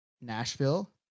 nashville